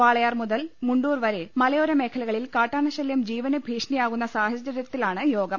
വാളയാർ മുതൽ മുണ്ടൂർ വരെ മലയോര മേഖലകളിൽ കാട്ടാനശല്യം ജീവ്വന് ഭീഷണിയാവുന്ന സാഹചര്യത്തിലാണ് യോഗം